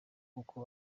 kuko